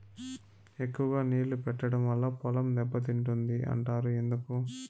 ఎక్కువగా నీళ్లు పెట్టడం వల్ల పొలం దెబ్బతింటుంది అంటారు ఎందుకు?